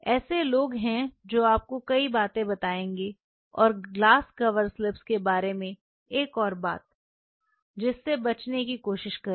ऐसे लोग हैं जो आपको कई बातें बताएंगे और ग्लास कवर स्लिप्स के बारे में एक और बात जिससे बचने की कोशिश करें